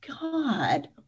God